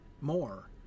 more